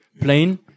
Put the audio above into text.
plane